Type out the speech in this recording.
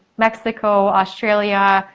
mexico, australia,